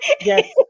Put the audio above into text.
Yes